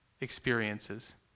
experiences